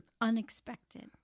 Unexpected